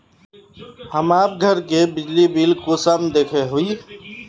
हम आप घर के बिजली बिल कुंसम देखे हुई?